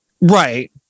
Right